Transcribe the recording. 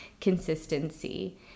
consistency